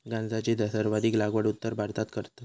गांजाची सर्वाधिक लागवड उत्तर भारतात करतत